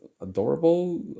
adorable